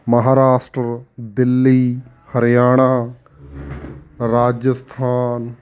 Maharashtra Delhi Haryana Rajasthan